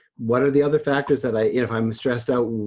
what are the other factors that i, if i'm stressed out,